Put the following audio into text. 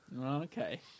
Okay